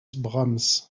brahms